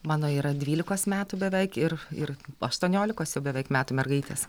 mano yra dvylikos metų beveik ir ir aštuoniolikos jau beveik metų mergaitės